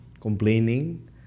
Complaining